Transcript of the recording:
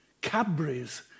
Cadbury's